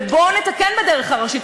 בואו נתקן בדרך הראשית.